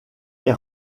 est